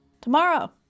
Tomorrow